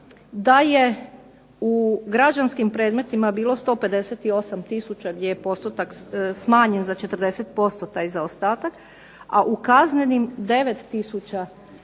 da je u građanskim predmetima bilo 158 tisuća gdje je postotak smanjen za 40% taj zaostatak, a u kaznenim 9 tisuća